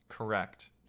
Correct